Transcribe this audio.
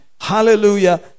hallelujah